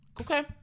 Okay